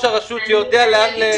לו.